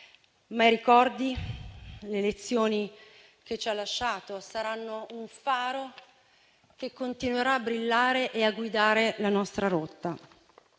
ma i ricordi e le lezioni che ci ha lasciato saranno un faro che continuerà a brillare e a guidare la nostra rotta.